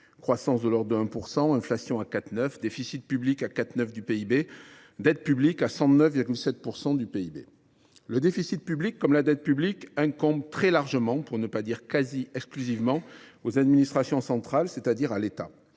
croissance de l’ordre de 1 %, inflation à 4,9 %, déficit public à 4,9 % du PIB, dette publique à 109,7 % du PIB. Le déficit public, comme la dette publique, incombe très largement, pour ne pas dire quasi exclusivement, aux administrations centrales, c’est à dire à l’État.